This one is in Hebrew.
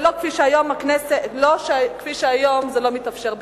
ולא כפי שהיום זה לא מתאפשר בכלל.